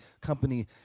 company